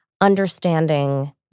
understanding